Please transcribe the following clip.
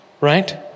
right